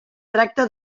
tracte